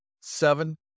seven